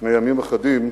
לפני ימים אחדים,